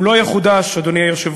הוא לא יחודש, אדוני היושב-ראש,